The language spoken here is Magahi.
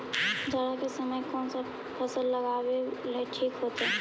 जाड़ा के समय कौन फसल लगावेला ठिक होतइ?